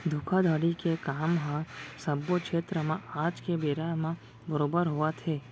धोखाघड़ी के काम ह सब्बो छेत्र म आज के बेरा म बरोबर होवत हे